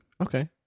Okay